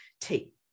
take